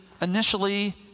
initially